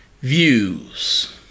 views